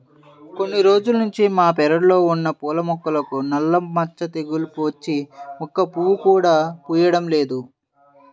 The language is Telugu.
కొన్ని రోజుల్నుంచి మా పెరడ్లో ఉన్న పూల మొక్కలకు నల్ల మచ్చ తెగులు వచ్చి ఒక్క పువ్వు కూడా పుయ్యడం లేదు